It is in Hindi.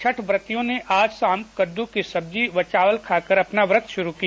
छठ व्रतियों ने आज शाम कद्दू की सब्जी व चावल खाकर अपना व्रत शुरू किया